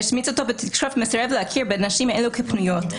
השמיץ אותו בתקשורת ומסרב להכיר בנשים אלה כפנויות.